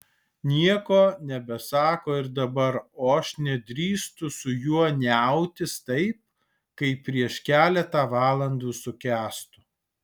nieko nebesako ir dabar o aš nedrįstu su juo niautis taip kaip prieš keletą valandų su kęstu